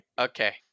okay